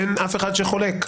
אין חולק.